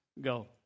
go